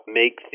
make